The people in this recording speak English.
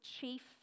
chief